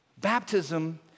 Baptism